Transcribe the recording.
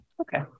Okay